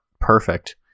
perfect